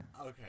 Okay